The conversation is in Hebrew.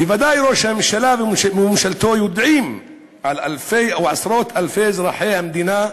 בוודאי ראש הממשלה וממשלתו יודעים על אלפי או עשרות אלפי אזרחי המדינה,